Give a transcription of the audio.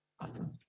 Awesome